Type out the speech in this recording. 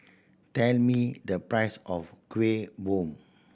tell me the price of Kuih Bom